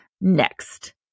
next